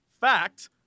fact